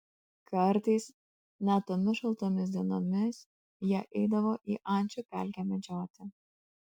kartais net tomis šaltomis dienomis jie eidavo į ančių pelkę medžioti